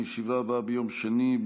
הישיבה הבאה תתקיים ביום שני,